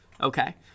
Okay